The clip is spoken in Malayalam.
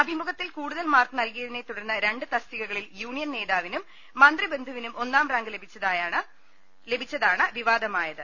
അഭിമുഖത്തിൽ കൂടുതൽ മാർക്ക് നൽകിയതിനെ തുർന്ന് രണ്ട് തസ്തികകളിൽ യൂണിയൻ നേതാവിനും മന്ത്രിബന്ധു വിനും ഒന്നാം റാങ്ക് ലഭിച്ചതാണ് വിവാദമായത്